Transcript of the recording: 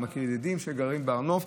אני מכיר ידידים שגרים בהר נוף,